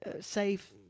safe